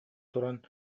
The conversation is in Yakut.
туран